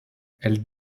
elle